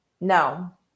No